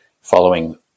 following